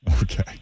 Okay